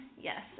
Yes